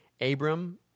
Abram